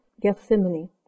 Gethsemane